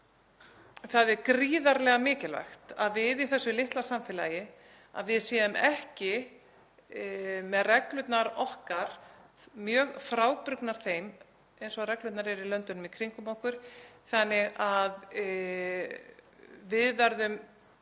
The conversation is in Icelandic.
Það er gríðarlega mikilvægt að við í þessu litla samfélagi séum ekki með reglurnar okkar mjög frábrugðnar þeim reglum sem eru í löndunum í kringum okkur þannig að við verðum